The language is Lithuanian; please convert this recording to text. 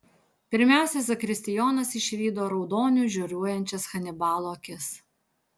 pirmiausia zakristijonas išvydo raudoniu žioruojančias hanibalo akis